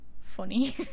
funny